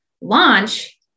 launch